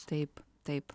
taip taip